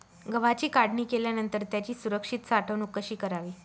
गव्हाची काढणी केल्यानंतर त्याची सुरक्षित साठवणूक कशी करावी?